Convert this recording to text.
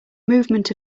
movement